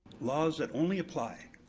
laws that only apply